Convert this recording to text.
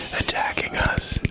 attacking us.